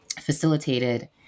facilitated